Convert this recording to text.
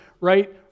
right